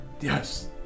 yes